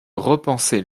repenser